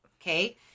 Okay